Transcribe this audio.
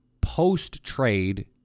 Post-trade